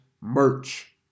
merch